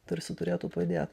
tarsi turėtų padėt